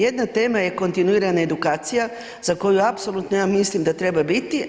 Jedna tema je kontinuirana edukacija za koju apsolutno ja mislim da treba biti.